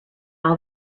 all